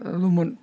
ल'मोन